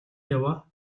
яваа